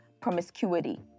promiscuity